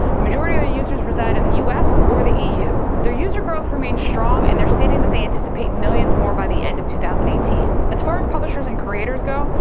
the majority of the users reside in the us or the eu. their user growth remains strong and they're stating that they anticipate millions more by the end of two thousand and eighteen. as far as publishers and creators go,